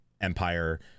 Empire